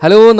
Hello